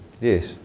Yes